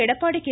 Edappadi K